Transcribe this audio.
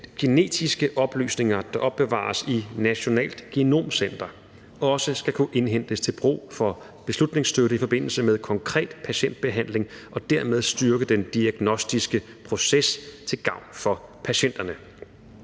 at genetiske oplysninger, der opbevares i Nationalt Genom Center, også skal kunne indhentes til brug for beslutningsstøtte i forbindelse med et konkret patientbehandling og dermed styrke den diagnostiske proces til gavn for patienterne